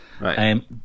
Right